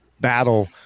battle